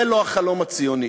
זה לא החלום הציוני,